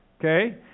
Okay